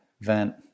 vent